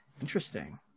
interesting